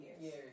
years